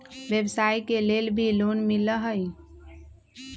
व्यवसाय के लेल भी लोन मिलहई?